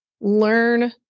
learn